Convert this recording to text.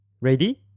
Ready